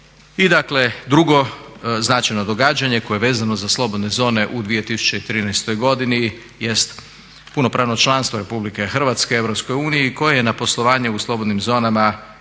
I dakle, drugo značajno događanje koje je vezano za slobodne zone u 2013. godini jeste punopravno članstvo RH u EU koje je na poslovanje u slobodnim zonama